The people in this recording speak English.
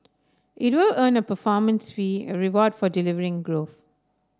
it will earn a performance fee a reward for delivering growth